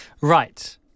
Right